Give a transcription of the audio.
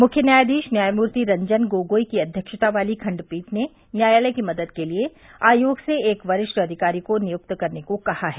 मुख्य न्यायाधीश न्यायमूर्ति रंजन गोगोई की अध्यक्षता वाली खंडपीठ ने न्यायालय की मदद के लिए आयोग से एक वरिष्ठ अधिकारी को नियुक्त करने को कहा है